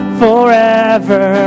forever